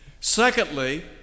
Secondly